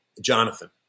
Jonathan